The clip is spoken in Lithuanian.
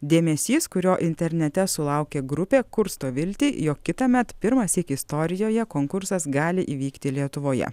dėmesys kurio internete sulaukė grupė kursto viltį jog kitąmet pirmąsyk istorijoje konkursas gali įvykti lietuvoje